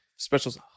Special's